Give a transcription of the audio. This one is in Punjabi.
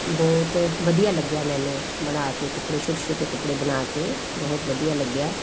ਬਹੁਤ ਵਧੀਆ ਲੱਗਿਆ ਮੈਨੂੰ ਬਣਾ ਕੇ ਕੱਪੜੇ ਛੋਟੇ ਛੋਟੇ ਕੱਪੜੇ ਬਣਾ ਕੇ ਬਹੁਤ ਵਧੀਆ ਲੱਗਿਆ